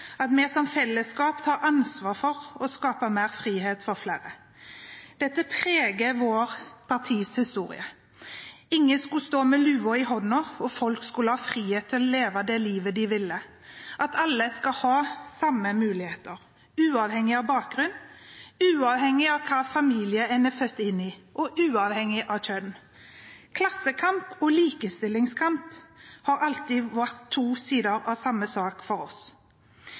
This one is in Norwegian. at vi som fellesskap tar ansvar for å skape mer frihet for flere. Dette preger vårt partis historie. Ingen skulle stå med lua i hånda. Folk skulle ha frihet til å leve det livet de ville, og alle skulle ha de samme mulighetene, uavhengig av bakgrunn, uavhengig av hvilken familie en er født inn i, og uavhengig av kjønn. Klassekamp og likestillingskamp har alltid vært to sider av samme sak for oss.